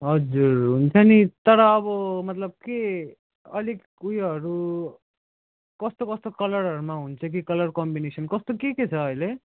हजुर हुन्छ नि तर अब मतलब के अलिक उयोहरू कस्तो कस्तो कलरहरूमा हुन्छ कि कलर कम्बिनेसन कस्तो के के चाहिँ छ अहिले